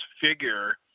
figure